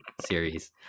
series